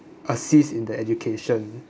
assist in the education